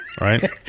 Right